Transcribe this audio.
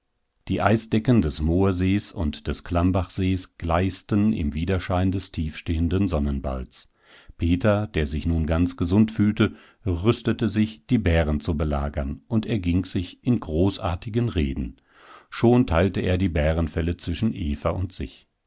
die eisdecken des moorsees und des klammbachsees gleißten im widerschein des tiefstehenden sonnenballs peter der sich nun ganz gesund fühlte rüstete sich die bären zu belagern und erging sich in großartigen reden schon teilte er die bärenfelle zwischen eva und sich